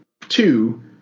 two